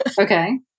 Okay